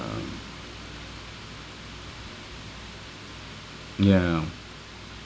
yeah